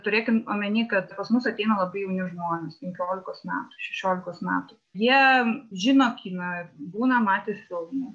turėkim omeny kad pas mus ateina labai jauni žmonės penkiolikos metų šešiolikos metų jie žino kiną būna matę filmų